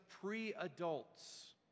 pre-adults